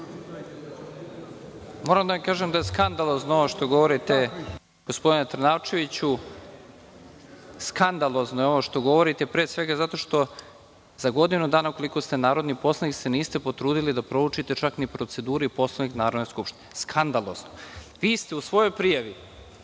Moram da vam kažem da je skandalozno ono što govorite, gospodine Trnavčeviću, pre svega, zato što za godinu dana, koliko ste narodni poslanik, niste se potrudili da proučite čak ni proceduru i Poslovnik Narodne skupštine. Skandalozno je. Vi ste u svojoj prijavi